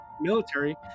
military